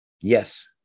Yes